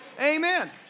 Amen